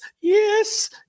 yes